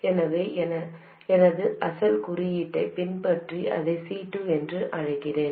எனவே எனது அசல் குறியீட்டைப் பின்பற்றி இதை C2 என்று அழைக்கிறேன்